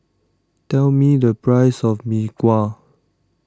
tell me the price of Mee Kuah